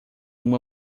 uma